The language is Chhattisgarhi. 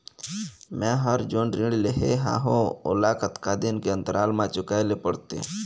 मैं हर जोन ऋण लेहे हाओ ओला कतका दिन के अंतराल मा चुकाए ले पड़ते?